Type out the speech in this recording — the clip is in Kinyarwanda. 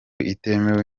itemewe